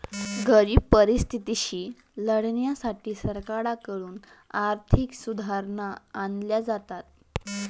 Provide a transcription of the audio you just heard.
गंभीर परिस्थितीशी लढण्यासाठी सरकारकडून आर्थिक सुधारणा आणल्या जातात